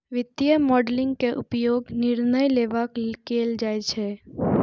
वित्तीय मॉडलिंग के उपयोग निर्णय लेबाक लेल कैल जाइ छै